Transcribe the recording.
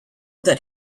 that